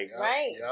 right